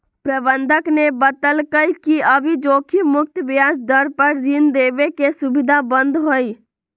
प्रबंधक ने बतल कई कि अभी जोखिम मुक्त ब्याज दर पर ऋण देवे के सुविधा बंद हई